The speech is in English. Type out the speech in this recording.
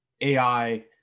AI